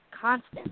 constant